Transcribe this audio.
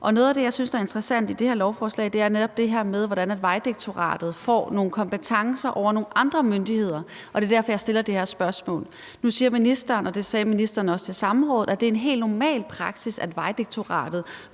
Noget af det, jeg synes er interessant i det her lovforslag, er netop det her med, hvordan Vejdirektoratet får nogle kompetencer over nogle andre myndigheder, og det er derfor, jeg stiller det her spørgsmål. Nu siger ministeren, og det sagde ministeren også til samrådet, at det er en helt normal praksis, at Vejdirektoratet